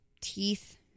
teeth